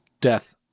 death